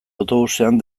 autobusean